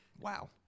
Wow